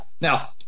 Now